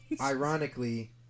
ironically